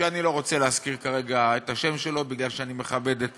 שאני לא רוצה להזכיר כרגע את השם שלו מפני שאני מכבד את